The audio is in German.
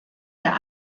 der